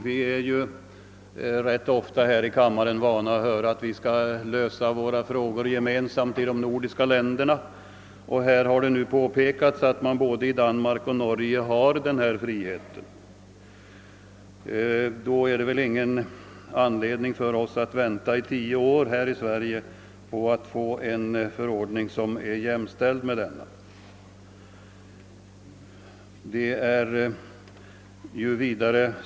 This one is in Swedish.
Vi är här i kammaren vana vid att höra att vi skall lösa våra frågor gemensamt i de nordiska länderna. Här har påpekats att man i både Norge och Danmark har denna frihet. Då finns det väl ingen anledning för oss här i landet att vänta i tio år på att få en förordning som gäller i dessa länder.